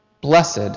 Blessed